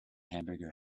hamburger